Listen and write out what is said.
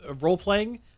role-playing